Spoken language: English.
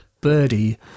Birdie